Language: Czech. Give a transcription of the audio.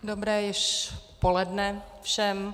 Dobré již poledne všem.